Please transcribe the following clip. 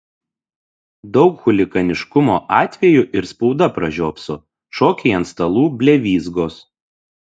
daug chuliganiškumo atvejų ir spauda pražiopso šokiai ant stalų blevyzgos